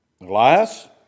Elias